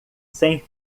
sem